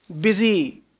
busy